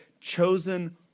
chosen